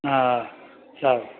હા હા સારું